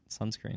sunscreen